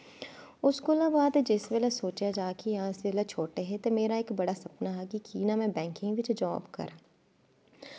उस कोला बाद जिस बेल्लै सोचेआ जा कि हां अस बड़े छोटे हे ते मेरा इक बड़ा सपना हा कि ना में बैंकिंग बिच्च जॉब करां